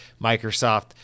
Microsoft